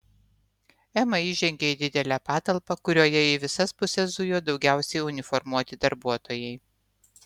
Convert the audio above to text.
ema įžengė į didelę patalpą kurioje į visas puses zujo daugiausiai uniformuoti darbuotojai